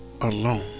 alone